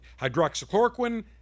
Hydroxychloroquine